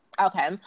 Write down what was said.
Okay